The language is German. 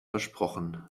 versprochen